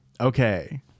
Okay